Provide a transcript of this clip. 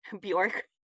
Bjork